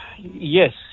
Yes